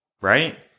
right